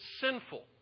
sinful